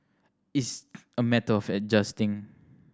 it's a matter of adjusting